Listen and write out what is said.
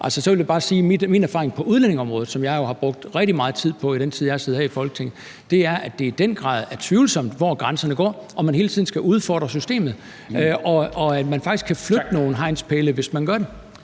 meget tid på, i den tid jeg har siddet her i Folketinget, er, at det i den grad er tvivlsomt, hvor grænserne går, at man hele tiden skal udfordre systemet, og at man faktisk kan flytte nogle hegnspæle, hvis man gør det.